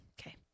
Okay